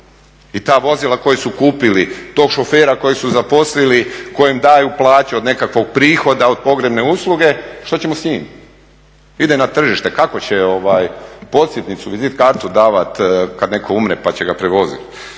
i ta vozila koja su kupili, tog šofera kojeg su zaposlili, kojem daju plaću od nekakvog prihoda od pogrebne usluge, što ćemo s njim? Ide na tržište, kako će, …, kartu davat kad netko umre pa će ga prevoziti.